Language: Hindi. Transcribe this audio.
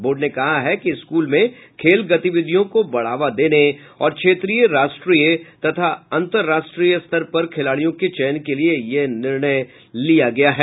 बोर्ड ने कहा है कि स्कूल में खेल गतिविधियों को बढ़ावा देने और क्षेत्रीय राष्ट्रीय तथा अंतर्राष्ट्रीय स्तर पर खिलाड़ियों के चयन के लिए यह निर्णय लिया गया है